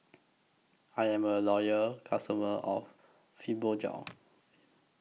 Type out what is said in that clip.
I Am A Loyal customer of Fibogel